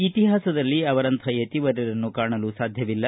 ಇತಿಹಾಸದಲ್ಲಿ ಅವರಂತಪ ಯತಿವರ್ಯರನ್ನು ಕಾಣಲು ಸಾಧ್ಯವಿಲ್ಲ